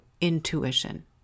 intuition